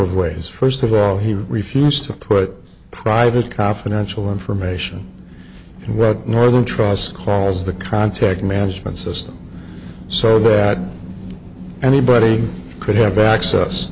of ways first of all he refused to put private confidential information and rather northern trust because the contact management system so that anybody could have access